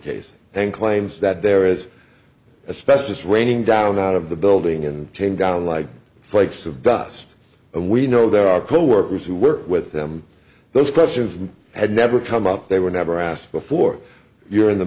case and claims that there is a specialist raining down out of the building and came down like flakes of dust and we know there are coworkers who work with him those questions had never come up they were never asked before you're in the